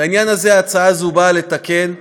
את העניין הזה ההצעה הזאת באה לתקן.